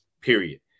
period